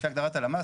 לפי הגדרת הלמ"ס,